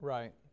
Right